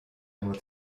nur